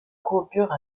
courbure